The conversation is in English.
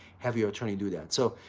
have your attorney do that. so,